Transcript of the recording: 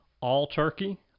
all-turkey